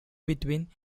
between